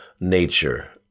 nature